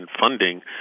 funding